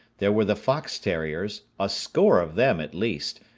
there were the fox terriers, a score of them at least,